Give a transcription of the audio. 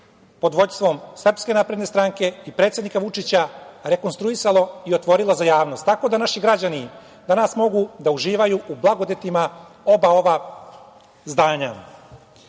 pod vodstvom SNS i predsednika Vučića rekonstruisalo i otvorilo za javnost. Tako da naši građani danas mogu da uživaju u blagodetima oba ova zdanja. Pored